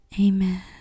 Amen